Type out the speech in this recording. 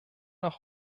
auch